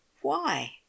Why